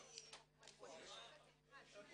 בשעה 13:19.